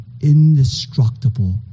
indestructible